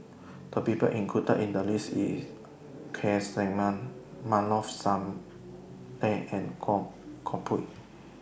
The People included in The list IS Keith Simmons Maarof Salleh and Goh Koh Pui